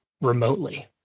remotely